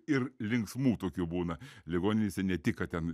ir linksmų tokių būna ligoninėse ne tik kad ten